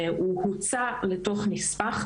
הוא הוצא לתוך נספח,